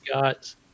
got